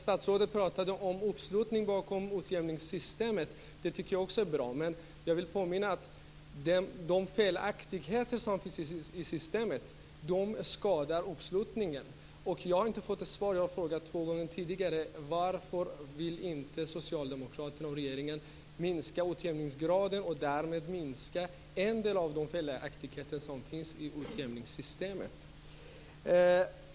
Statsrådet pratade om en uppslutning bakom utjämningssystemet. Också jag tycker att det är bra. Men jag vill påminna om att de felaktigheter som finns i systemet skadar uppslutningen. Jag har frågat två gånger men jag har inte fått något svar på frågan: Varför vill Socialdemokraterna och regeringen inte minska utjämningsgraden och därmed minska en del av de felaktigheter som finns i utjämningssystemet?